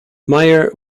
meyer